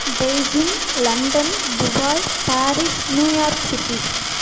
Beijing London Dubai Paris New York city